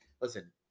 listen